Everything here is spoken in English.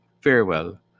Farewell